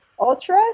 ultra